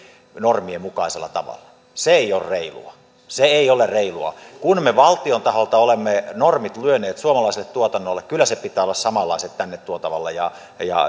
normien mukaisella tavalla se ei ole reilua se ei ole reilua kun me valtion taholta olemme normit luoneet suomalaiselle tuotannolle kyllä niiden pitää olla samanlaiset tänne tuotavalle ja